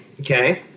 Okay